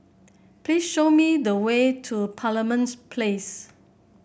please show me the way to Parliament Place